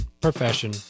profession